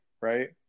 right